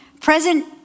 present